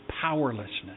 powerlessness